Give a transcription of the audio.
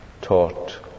taught